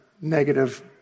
negative